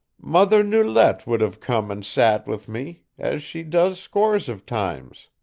mother nulette would have come and sat with me, as she does scores of times.